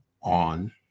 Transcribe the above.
on